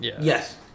Yes